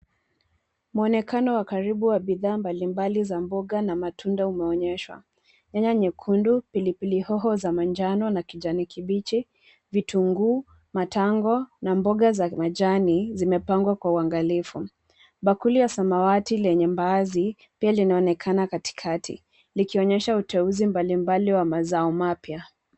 Mwonekano wa karibu wa bidhaa mbalimbali za mboga na matunda umeonyeshwa. Nyanya nyekundu, pilipili hoho za manjano na kijani kibichi, vitunguu, matango na mboga za majani zimepangwa kwa uangalifu. Bakuli ya samawati lenye mbaazi pia linaonekana katikati likionyesha uteuzi mbalimbali wa mazao mapya.